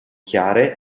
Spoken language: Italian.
chiare